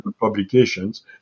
publications